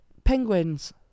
penguins